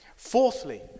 fourthly